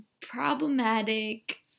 problematic